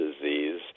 disease